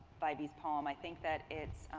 by these poem, i think that it's